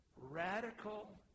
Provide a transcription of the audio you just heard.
Radical